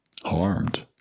harmed